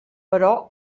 però